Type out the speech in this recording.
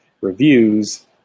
reviews